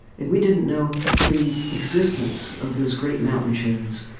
and we didn't know the existence of those great mountain chains,